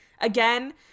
again